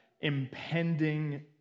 impending